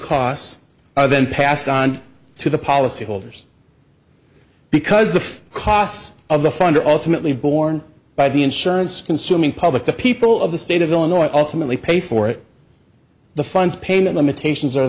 costs are then passed on to the policyholders because the costs of the fund alternately borne by the insurance consuming public the people of the state of illinois ultimately pay for it the funds payment limitations are